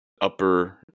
upper